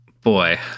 boy